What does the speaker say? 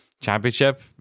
championship